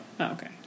okay